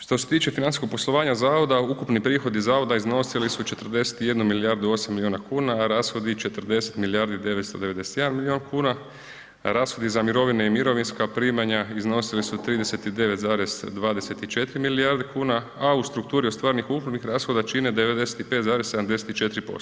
Što se tiče financijskog poslovanja zavoda, ukupni prihodi zavoda iznosili su 41 milijardu, 8 milijuna kuna, a rashodi 40 milijardi, 991 milijun kuna, rashodi za mirovine i mirovinska primanja iznosili su 39,24 milijarde kuna, a u strukturi ostvarenih ukupnih rashoda čine 95,74%